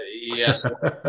Yes